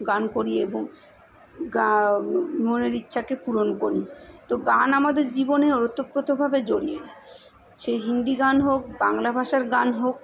গান করি এবং গা মনের ইচ্ছাকে পূরণ করি তো গান আমাদের জীবনে ওতপ্রোতভাবে জড়িয়ে সে হিন্দি গান হোক বাংলা ভাষার গান হোক